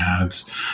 ads